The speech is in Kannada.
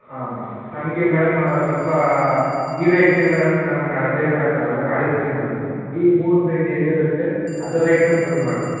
ಹಾಂ ಮೇಡಮ್ ನಮಗೆ ಮೇಡಮ್ ಸ್ವಲ್ಪ ಇದು ಐತೆ ಮೇಡಮ್ ನಾವು ನಾಳೆ ಪೇ ಮಾಡೋಕ್ಕಾಗಲ್ಲ ನಾಡಿದ್ದು ಪೇ ಮಾಡ್ತೀವಿ ಈ ಹೂವಿನ ರೇಟ್ ಏನಿರುತ್ತೆ ಅದೆ ರೇಟ್ ನಮ್ಗೆ ಕಮ್ಮಿ ಮಾಡ್ಕೊಡಿ